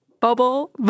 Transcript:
bubble